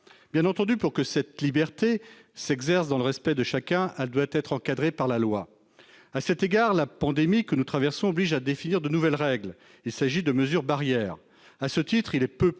Bien entendu, pour que cette liberté s'exerce dans le respect de chacun, elle doit être encadrée par la loi. À cet égard, la pandémie que nous traversons oblige à définir de nouvelles règles. Il s'agit de mesures barrières. À ce titre, il est peu